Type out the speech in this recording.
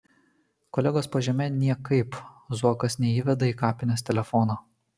kolegos po žeme niekaip zuokas neįveda į kapines telefono